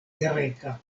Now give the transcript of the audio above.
greka